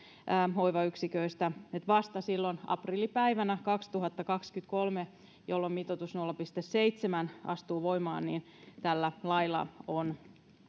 hoivayksiköistä vasta silloin aprillipäivänä kaksituhattakaksikymmentäkolme jolloin mitoitus nolla pilkku seitsemän astuu voimaan tällä lailla on